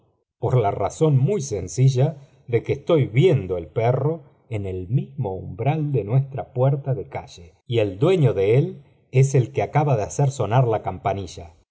fe or razón muy sencilla de que estoy vienmr ej perro en el misrao umbral de nuestra puerta i v de calle y el dueño de él es el que acaba de hacer í sonar la campanilla